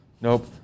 Nope